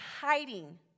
hiding